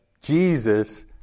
Jesus